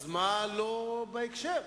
אז מה לא בהקשר?